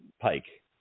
pike